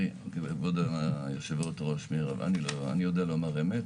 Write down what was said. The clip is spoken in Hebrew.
תראי, כבוד היושבת-ראש, מירב, אני יודע לומר אמת.